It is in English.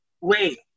wait